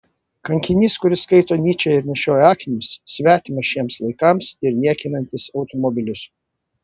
kankinys kuris skaito nyčę ir nešioja akinius svetimas šiems laikams ir niekinantis automobilius